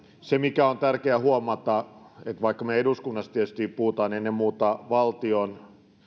se on tärkeä huomata että vaikka me eduskunnassa tietysti puhumme ennen muuta valtion